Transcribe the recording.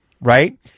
right